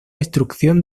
instrucción